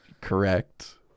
Correct